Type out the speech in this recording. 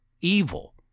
evil